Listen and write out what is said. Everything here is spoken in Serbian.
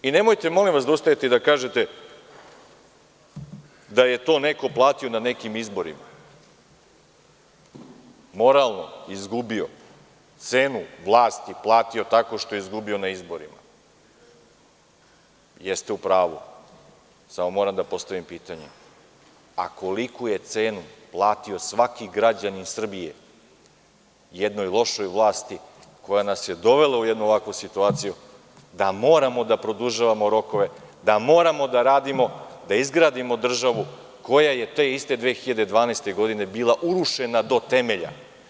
Nemojte, molim vas, da ustajete i da kažete da je to neko platio na nekim izborima, moralno izgubio, cenu vlasti platio tako što je izgubio na izborima, jer ste u pravu, samo moram da postavim pitanje – koliku je cenu platio svaki građanin Srbije jednoj lošoj vlasti koja nas je dovela u jednu ovakvu situaciju da moramo da produžavamo rokove, da moramo da radimo, da izgradimo državu koja je te iste 2012. godine bila urušena do temelja?